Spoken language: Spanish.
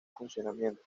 funcionamiento